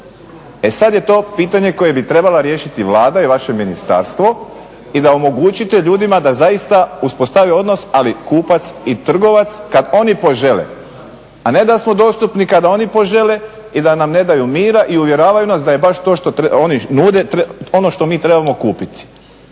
E sad je to pitanje koje bi trebala riješiti Vlada i vaše ministarstvo i da omogućite ljudima da zaista uspostave odnos ali kupac i trgovac kad oni požele, a ne da smo dostupni kada oni požele i da nam ne daju mira i uvjeravaju nas da je baš to što oni nude ono što mi trebamo kupiti.